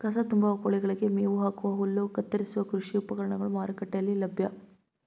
ಕಸ ತುಂಬುವ, ಕೋಳಿಗಳಿಗೆ ಮೇವು ಹಾಕುವ, ಹುಲ್ಲು ಕತ್ತರಿಸುವ ಕೃಷಿ ಉಪಕರಣಗಳು ಮಾರುಕಟ್ಟೆಯಲ್ಲಿ ಲಭ್ಯ